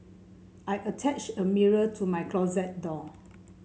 I attached a mirror to my closet door